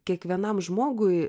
kiekvienam žmogui